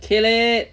kill it